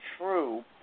true